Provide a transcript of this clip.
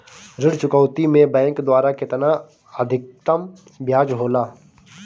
ऋण चुकौती में बैंक द्वारा केतना अधीक्तम ब्याज होला?